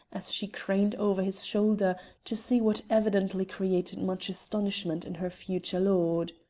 as she craned over his shoulder to see what evidently created much astonishment in her future lord.